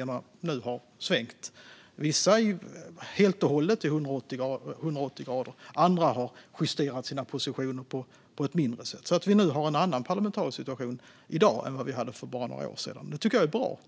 Vissa har svängt helt och hållet, 180 grader, och andra har justerat sina positioner i mindre utsträckning så att vi i dag har en annan parlamentarisk situation än vi hade för bara några år sedan. Det tycker jag är bra.